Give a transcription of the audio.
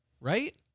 Right